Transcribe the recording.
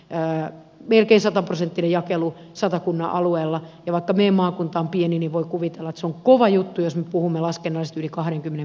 pää melkein sataprosenttinen jakelu satakunnan alueella kevättä niin maakuntaan pienin ei voi kuvitella z on kova juttu jos puhumme laski myös yli kahdenkymmenen